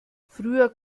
früher